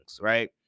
right